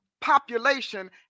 population